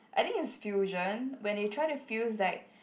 I think it's fusion when they try to fuse like